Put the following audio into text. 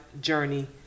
journey